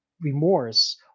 remorse